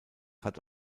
hat